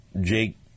Jake